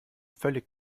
völlig